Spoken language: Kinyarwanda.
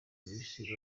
isi